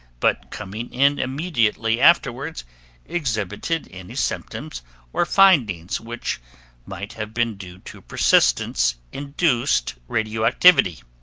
but coming in immediately afterwards exhibited any symptoms or findings which might have been due to persistence induced radioactivity.